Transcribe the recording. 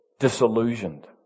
disillusioned